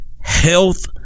health